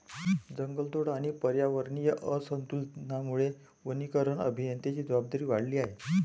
जंगलतोड आणि पर्यावरणीय असंतुलनामुळे वनीकरण अभियंत्यांची जबाबदारी वाढली आहे